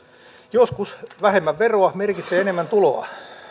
joskus vähemmän veroa merkitsee enemmän tuloa